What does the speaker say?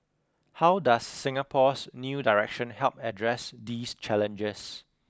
how does Singapore's new direction help address these challenges